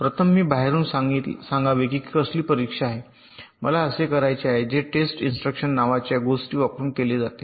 प्रथम मी बाहेरून सांगावे की कसली परीक्षा आहे मला असे करायचे आहे जे टेस्ट इंस्ट्रक्शन नावाच्या गोष्टी वापरून केले जाते